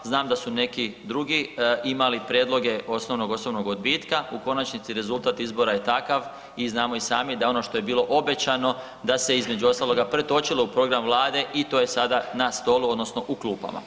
Znam da su neki drugi imali prijedloge osnovnog osobnog odbitka, u konačnici rezultat izbora je takav i znamo i sami da ono što je bilo obećano, da se između ostaloga, pretočilo u program Vlade i to je sada na stolu, odnosno u klupama.